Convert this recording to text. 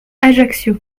ajaccio